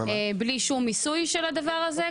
בלי שום מיסוי של הדבר הזה,